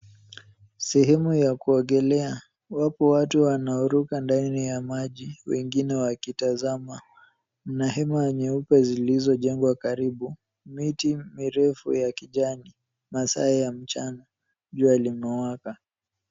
Sehemu ya kuogelea. Wapo watu wanaoruka ndani ya maji wengine wakitazama. Kuna hema nyeupe zilizojengwa karibu, miti mirefu ya kijani masaa ya mchana jua limewaka.